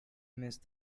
missed